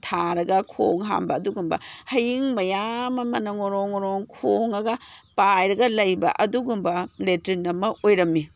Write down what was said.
ꯊꯥꯔꯒ ꯈꯣꯡ ꯍꯥꯝꯕ ꯑꯗꯨꯒꯨꯝꯕ ꯍꯌꯤꯡ ꯃꯌꯥꯝ ꯑꯃꯅ ꯉꯣꯔꯣꯡ ꯉꯣꯔꯣꯡ ꯈꯣꯡꯉꯒ ꯄꯥꯏꯔꯒ ꯂꯩꯕ ꯑꯗꯨꯒꯨꯝꯕ ꯂꯦꯇ꯭ꯔꯤꯟ ꯑꯃ ꯑꯣꯏꯔꯝꯃꯤ